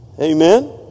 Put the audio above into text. Amen